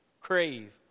Crave